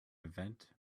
event